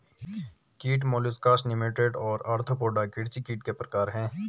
कीट molluscs nematode और arthropoda कृषि कीट के प्रकार हैं